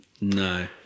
No